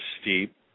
steep